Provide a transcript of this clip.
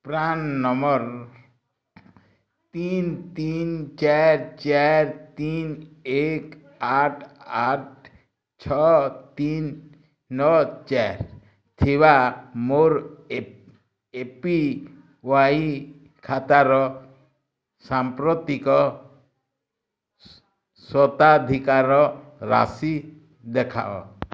PRAN number ତିନି ତିନି ଚାରି ଚାରି ତିନି ଏକ ଆଠ ଆଠ ଛଅ ତିନି ନଅ ଚାରି ଥିବା ମୋର ଏ ପି ୱାଇ ଖାତାର ସାମ୍ପ୍ରତିକ ସ୍ୱତ୍ୱାଧିକାର ରାଶି ଦେଖାଅ